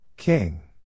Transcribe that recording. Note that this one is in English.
King